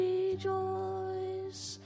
Rejoice